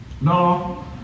No